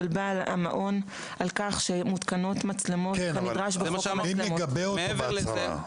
בעל המעון על כך שמותקנות מצלמות כנדרש בחוק --- מעבר לזה,